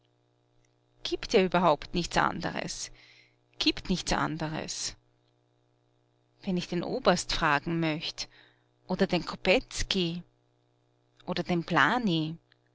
gibt ja überhaupt nichts anderes gibt nichts anderes wenn ich den oberst fragen möcht oder den kopetzky oder den blany